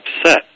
upset